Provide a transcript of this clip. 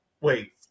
wait